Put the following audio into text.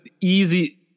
easy